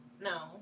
No